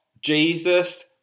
Jesus